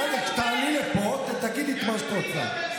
כשתעלי לפה תגידי את מה שאת רוצה.